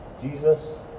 Jesus